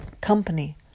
company